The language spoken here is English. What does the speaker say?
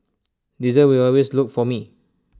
diesel will always look for me